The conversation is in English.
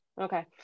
Okay